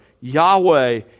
Yahweh